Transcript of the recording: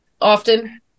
often